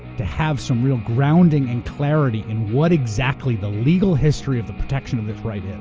to have some real grounding and clarity in what exactly the legal history of the protection of this right is.